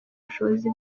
bushobozi